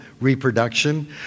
reproduction